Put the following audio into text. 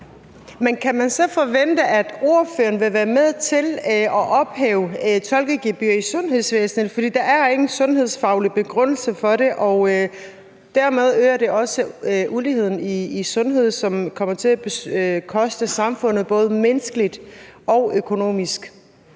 kan man så forvente, at ordføreren vil være med til at ophæve tolkegebyret i sundhedsvæsenet? For der er ingen sundhedsfaglig begrundelse for det, og dermed øger det også uligheden i sundhed, som kommer til at koste samfundet både menneskeligt og økonomisk.